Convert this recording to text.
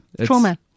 Trauma